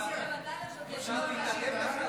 אפשר להתערב לך?